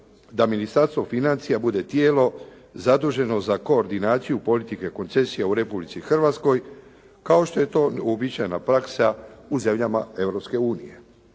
da Ministarstvo financija bude tijelo zaduženo za koordinaciju politike koncesija u Republici Hrvatskoj kao što je to uobičajena praksa u zemljama